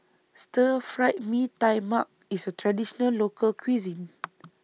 Stir Fry Mee Tai Mak IS A Traditional Local Cuisine